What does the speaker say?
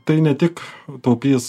tai ne tik taupys